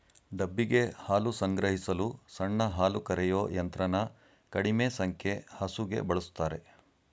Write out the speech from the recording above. ಡಬ್ಬಿಗೆ ಹಾಲು ಸಂಗ್ರಹಿಸಲು ಸಣ್ಣ ಹಾಲುಕರೆಯೋ ಯಂತ್ರನ ಕಡಿಮೆ ಸಂಖ್ಯೆ ಹಸುಗೆ ಬಳುಸ್ತಾರೆ